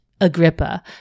Agrippa